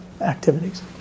activities